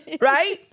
Right